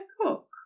cook